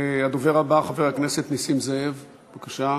הדובר הבא, חבר הכנסת נסים זאב, בבקשה.